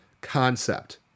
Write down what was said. concept